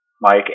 Mike